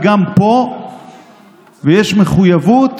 וגם פה יש מחויבות,